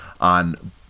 on